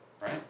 right